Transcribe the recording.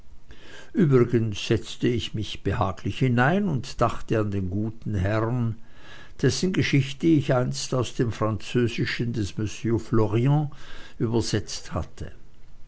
übrigens setzte ich mich behaglich hinein und dachte an den guten herrn dessen geschichte ich einst aus dem französischen des mr florian übersetzt hatte